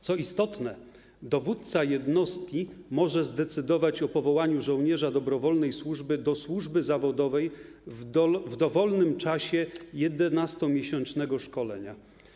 Co istotne, dowódca jednostki może zdecydować o powołaniu żołnierza dobrowolnej służby do służby zawodowej w dowolnym momencie 11-miesięcznego szkolenia.